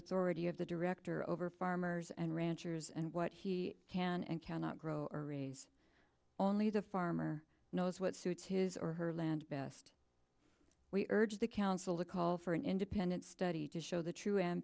authority of the director over farmers and ranchers and what he can and cannot grow or raise only the farmer knows what suits his or her land best we urge the council to call for an independent study to show the true